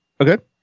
Okay